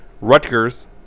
Rutgers